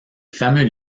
fameux